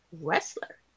wrestler